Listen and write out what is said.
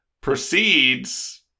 proceeds